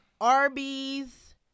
Arby's